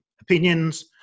opinions